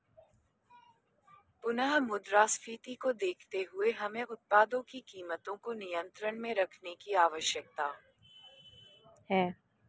पुनः मुद्रास्फीति को देखते हुए हमें उत्पादों की कीमतों को नियंत्रण में रखने की आवश्यकता है